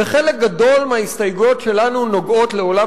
וחלק גדול מההסתייגות שלנו נוגע לעולם